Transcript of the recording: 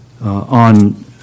on